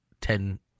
ten